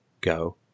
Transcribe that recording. go